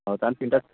ହଉ ତା'ହେଲେ ତିନଟା